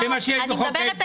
זה מה שיש בחוק ההסדרים.